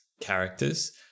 characters